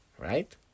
right